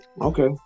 Okay